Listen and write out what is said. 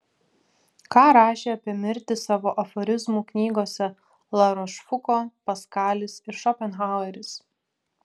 ką rašė apie mirtį savo aforizmų knygose larošfuko paskalis ir šopenhaueris